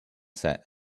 set